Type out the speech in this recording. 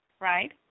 right